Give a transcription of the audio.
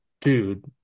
Dude